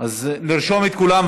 נרשום את כולם,